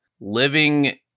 living